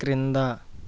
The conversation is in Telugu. క్రింద